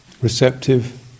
receptive